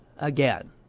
again